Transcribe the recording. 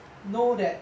know that